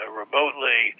remotely